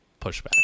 pushback